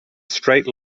straight